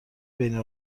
بین